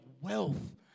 wealth